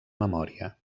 memòria